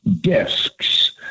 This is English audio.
discs